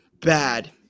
bad